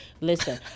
listen